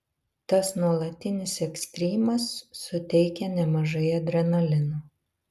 tas nuolatinis ekstrymas suteikia nemažai adrenalino